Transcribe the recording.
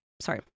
sorry